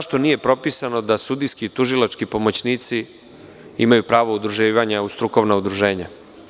Zašto nije propisano da sudijski tužilački pomoćnici imaju pravo udruživanja u strukovna udruženja?